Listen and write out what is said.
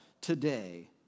today